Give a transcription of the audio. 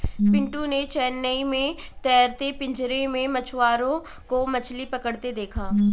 पिंटू ने चेन्नई में तैरते पिंजरे में मछुआरों को मछली पकड़ते देखा